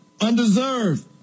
undeserved